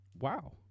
Wow